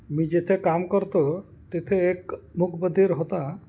मी जिथे काम करतो तिथे एक मूकबधिर होता